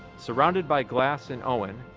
surrounded by glass and owen,